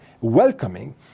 welcoming